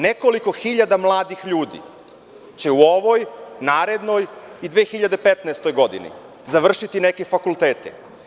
Nekoliko hiljada mladih ljudi će u ovoj, narednoj i 2015. godini završiti neke fakultete.